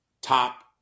top